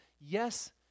yes